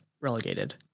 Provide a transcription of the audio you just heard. relegated